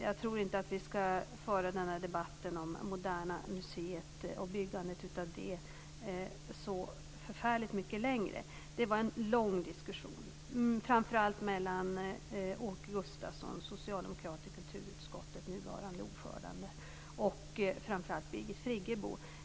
Jag tror inte att vi skall föra debatten om Moderna museet och byggandet av det så förfärligt mycket längre. Det var en lång diskussion framför allt mellan Åke Gustavsson, socialdemokrat i kulturutskottet, nuvarande ordföranden, och Birgit Friggebo.